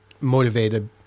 motivated